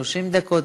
ל-30 דקות.